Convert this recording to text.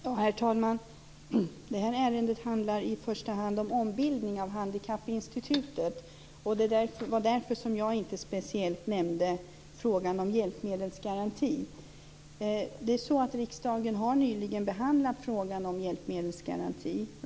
Herr talman! Det här ärendet handlar i första hand om ombildning av Handikappinstitutet. Det var därför jag inte speciellt nämnde frågan om hjälpmedelsgaranti. Riksdagen har nyligen behandlat frågan om hjälpmedelsgaranti.